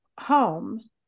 home